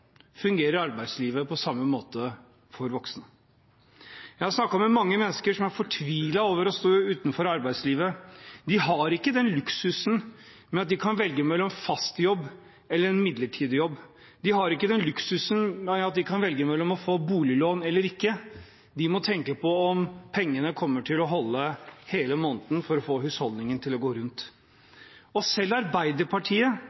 fungerer arbeidslivet på samme måte for voksne. Jeg har snakket med mange mennesker som er fortvilet over å stå utenfor arbeidslivet. De har ikke den luksusen at de kan velge mellom en fast jobb eller en midlertidig jobb. De har ikke den luksusen at de kan velge mellom å få boliglån eller ikke. De må tenke på om pengene kommer til å holde hele måneden for å få husholdningen til å gå rundt. Selv Arbeiderpartiet